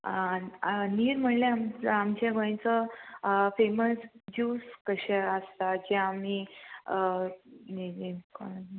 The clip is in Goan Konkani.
आं नीर म्हणल्यार आमच्या आमच्या गोंयचो फेमस ज्यूस कशे आसता जे आमी